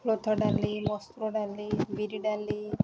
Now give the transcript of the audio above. କୋଲଥ ଡାଲି ମସୁର ଡାଲି ବିରି ଡାଲି